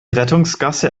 rettungsgasse